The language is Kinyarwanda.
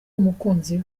umukunzi